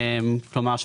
כלומר,